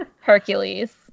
Hercules